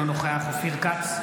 אינו נוכח אופיר כץ,